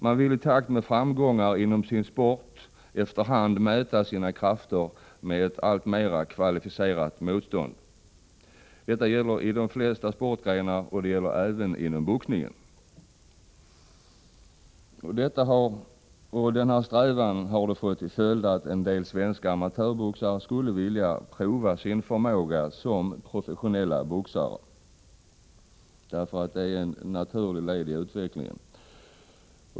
Man vill i takt med framgångar inom sin sport efter hand mäta sina krafter mot ett mera kvalificerat motstånd. Detta gäller inom de flesta sportgrenar, även inom boxningen. Denna strävan medför också att en del svenska amatörboxare skulle vilja prova sin förmåga som professionella boxare — det är ett naturligt led i deras utveckling.